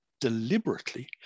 deliberately